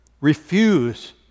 refuse